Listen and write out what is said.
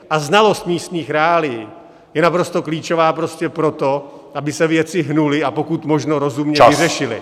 A znalost místních reálií je naprosto klíčová prostě proto, aby se věci hnuly a pokud možno rozumně vyřešily.